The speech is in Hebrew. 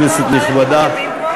כנסת נכבדה,